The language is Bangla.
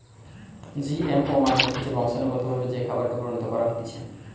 জিএমও মানে হতিছে বংশানুগতভাবে যে খাবারকে পরিণত করা হতিছে